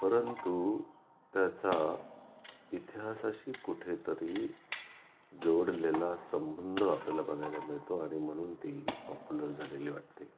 परंतु त्याचा इतिहासाशी कुठेतरी जोडलेला संबंध आपल्याला बघायला मिळतो आणि म्हणून ती पॉपुलर झालेली वाटते